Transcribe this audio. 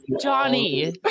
Johnny